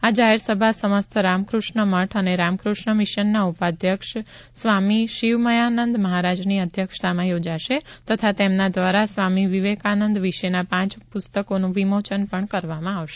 આ જાહેરસભા સમસ્ત રામકૃષ્ણ મઠ અને રામકૃષ્ણ મિશનના ઉપાધ્યક્ષ સ્વામી શિવમયાનંદ મહારાજની અધ્યક્ષતામાં યોજાશે તથા તેમના દ્વારા સ્વામી વિવેકાનંદ વિષેના પાંચ પુસ્તકોનું વિમોચન પણ કરવામાં આવશે